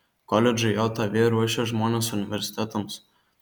koledžai jav ruošia žmones universitetams